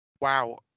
Wow